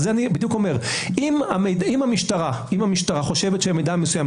על זה אני בדיוק אומר שאם המשטרה חושבת שמידע מסוים,